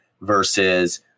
versus